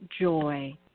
joy